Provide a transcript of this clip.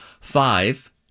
Five